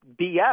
bs